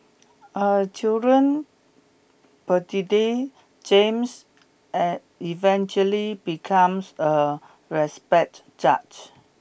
a children prodigy James eventually becomes a respected judge